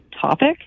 topic